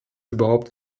überhaupt